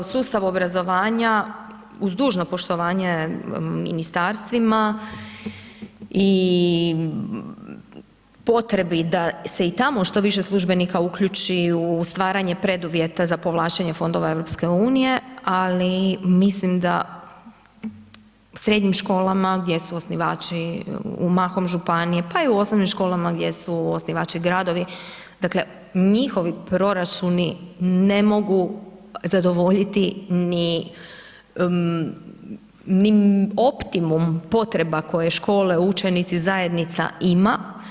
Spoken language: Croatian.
Sustav obrazovanja, uz dužno poštovanje ministarstvima i potrebi da se i tamo što više službenika uključi u stvaranje preduvjeta za povlačenje fondova EU, ali mislim da srednjim školama gdje su osnivači u mahom županije, pa i u osnovnim školama gdje su osnivači gradovi, dakle njihovi proračuni ne mogu zadovoljiti ni optimum potreba koje škole, učenici, zajednica ima.